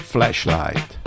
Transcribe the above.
Flashlight